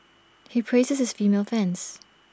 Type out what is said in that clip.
he praises his female fans